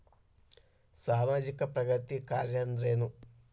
ಸಾಮಾಜಿಕ ಪ್ರಗತಿ ಕಾರ್ಯಾ ಅಂದ್ರೇನು?